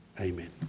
Amen